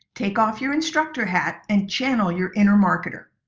take off your instructor hat and channel your inner marketer.